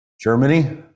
Germany